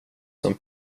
som